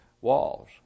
walls